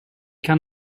kann